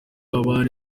abari